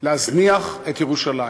להזניח את ירושלים.